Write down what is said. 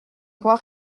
roi